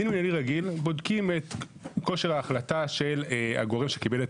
בדין מינהלי רגיל בודקים את כושר ההחלטה של הגורם שקיבל את